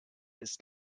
ist